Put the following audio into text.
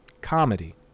comedy